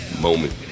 moment